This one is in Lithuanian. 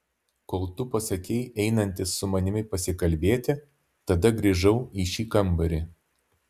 kol tu pasakei einantis su manimi pasikalbėti tada grįžau į šį kambarį